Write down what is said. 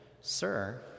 Sir